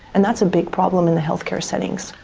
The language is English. and that's a big problem in the healthcare setting. so